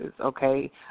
okay